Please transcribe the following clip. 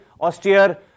austere